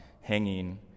hanging